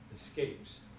escapes